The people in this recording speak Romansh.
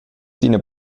d’ina